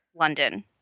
london